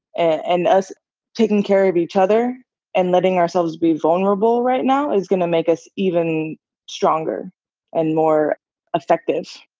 and us taking care of each other and letting ourselves be vulnerable right now is gonna make us even stronger and more effective.